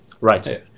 Right